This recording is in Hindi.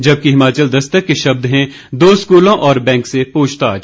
जबकि हिमाचल दस्तक के शब्द हैं दो स्कूलों और बैंक से पूछताछ